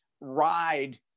ride